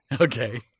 Okay